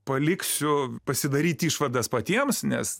paliksiu pasidaryt išvadas patiems nes